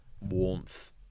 warmth